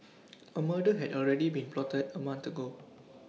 A murder had already been plotted A month ago